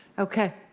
okay.